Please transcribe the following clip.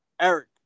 Eric